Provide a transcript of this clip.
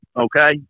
okay